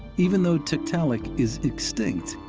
even though tiktaalik is extinct,